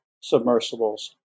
submersibles